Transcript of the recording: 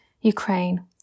Ukraine